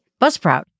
Buzzsprout